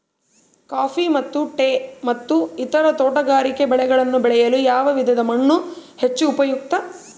Coffee ಮತ್ತು tea ಮತ್ತು ಇತರ ತೋಟಗಾರಿಕೆ ಬೆಳೆಗಳನ್ನು ಬೆಳೆಯಲು ಯಾವ ವಿಧದ ಮಣ್ಣು ಹೆಚ್ಚು ಉಪಯುಕ್ತ?